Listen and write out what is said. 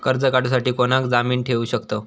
कर्ज काढूसाठी कोणाक जामीन ठेवू शकतव?